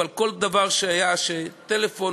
אבל כל דבר שהיה: טלפון,